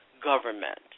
government